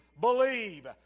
believe